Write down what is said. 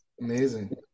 Amazing